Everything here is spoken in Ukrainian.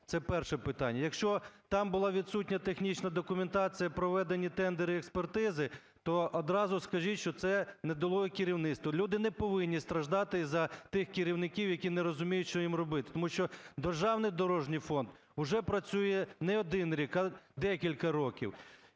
Це перше питання. Якщо там була відсутня технічна документація, проведені тендери і експертизи, то одразу скажіть, що це недолуге керівництво. Люди не повинні страждати із-за тих керівників, які не розуміють, що їм робити. Тому що державний дорожній фонд уже працює не один рік, а декілька років.